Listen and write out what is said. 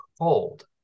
cold